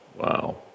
Wow